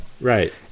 Right